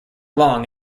long